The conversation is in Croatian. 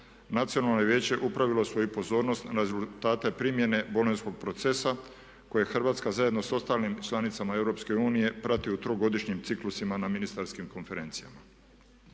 Nacionalno je vijeće upravilo svoju pozornost na rezultate primjene bolonjskog procesa koji je Hrvatska zajedno sa ostalim članicama Europske unije prati u trogodišnjim ciklusima na ministarskim konferencijama.